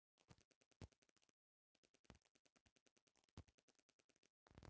bank में आदमी निजी बचत खाता भी खोलेला